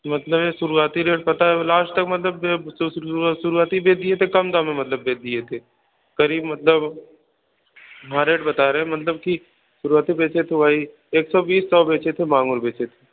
मतलब यह शुरुआती रेट पता है लाश्ट तक मतलब शुरुआती बेच दिए थे मतलब कम दाम में बेच दिए थे क़रीब मतलब हाँ रेट बता रहे है मतलब कि शुरुआती बेचे थे वही एक सौ बीस सौ बेचे थे मांगूर बेचे थे